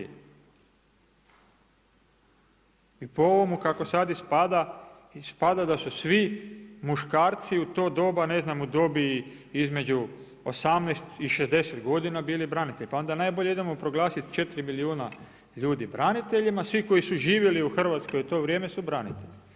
I po ovomu kako sad ispada, ispada da su svi muškarci u tom doba, u dobi između 18 i 60 godina bili branitelji, pa onda najbolje idemo proglasiti 4 milijuna ljudi braniteljima, svi koji su živjeli u Hrvatskoj u to vrijeme su branitelji.